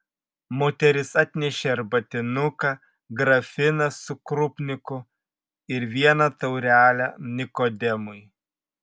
moteris atnešė arbatinuką grafiną su krupniku ir vieną taurelę nikodemui